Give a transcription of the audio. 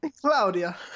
Claudia